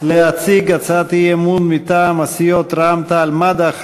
להציג הצעת אי-אמון מטעם הסיעות רע"ם-תע"ל-מד"ע,